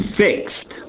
fixed